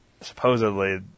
supposedly